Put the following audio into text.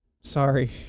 sorry